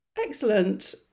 Excellent